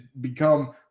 become